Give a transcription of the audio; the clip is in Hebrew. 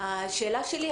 השאלה שלי,